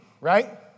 Right